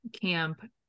camp